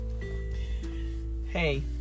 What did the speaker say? hey